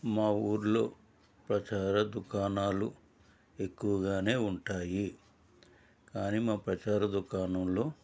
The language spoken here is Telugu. మా ఊర్లో ప్రచార దుకాణాలు ఎక్కువగానే ఉంటాయి కానీ మా ప్రచార దుకాణంలో